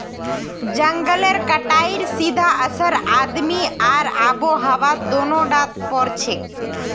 जंगलेर कटाईर सीधा असर आदमी आर आबोहवात दोनों टात पोरछेक